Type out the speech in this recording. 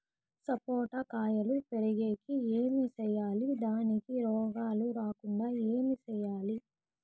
సపోట కాయలు పెరిగేకి ఏమి సేయాలి దానికి రోగాలు రాకుండా ఏమి సేయాలి?